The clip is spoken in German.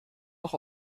auch